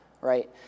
right